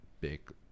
big